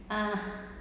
ah